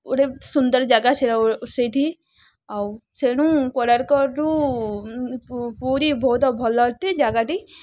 ଗୋଟେ ସୁନ୍ଦର ଜାଗା ସେଟା ସେଇଠି ଆଉ ସେଣୁ କୋଣାର୍କଠୁ ପୁରୀ ବହୁତ ଭଲ ଅଟେ ଜାଗାଟି